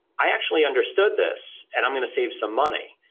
i actually understood this and i'm going to save some money.